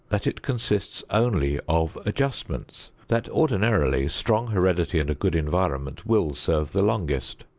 that it consists only of adjustments. that, ordinarily, strong heredity and a good environment will serve the longest.